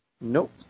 Nope